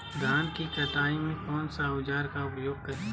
धान की कटाई में कौन सा औजार का उपयोग करे?